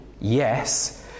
yes